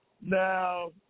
Now